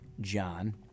John